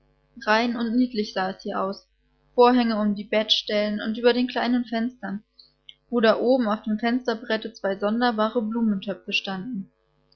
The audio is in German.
rein und niedlich sah es hier aus vorhänge um die bettstellen und über den kleinen fenstern wo da oben auf dem fensterbrette zwei sonderbare blumentöpfe standen